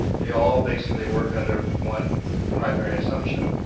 they all basically work under one primary assumption,